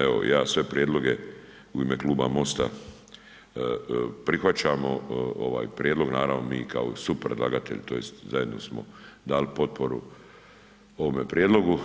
Evo ja sve prijedloge u ime Kluba MOST-a prihvaćamo, ovaj prijedlog mi kao supredlagatelj tj. zajedno smo dali potporu ovome prijedlogu,